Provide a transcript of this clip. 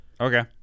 Okay